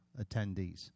attendees